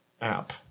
app